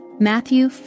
Matthew